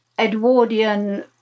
Edwardian